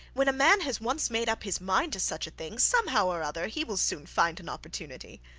when a man has once made up his mind to such a thing, somehow or other he will soon find an opportunity.